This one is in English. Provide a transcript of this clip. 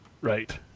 Right